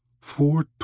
four